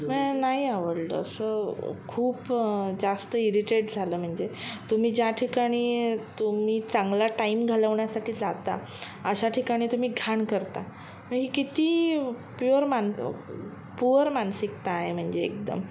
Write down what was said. मला नाही आवडलं असं खूप जास्त इरिटेट झालं म्हणजे तुम्ही ज्या ठिकाणी तुम्ही चांगला टाईम घालवण्यासाठी जाता अशा ठिकाणी तुम्ही घाण करता मी ही किती प्युअर मान पूअर मानसिकता आहे म्हणजे एकदम